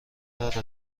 دارد